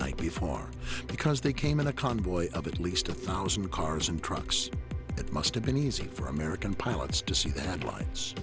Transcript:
night before because they came in a convoy of at least a thousand cars and trucks that must have been easy for american pilots to see th